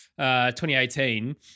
2018